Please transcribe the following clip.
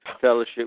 fellowship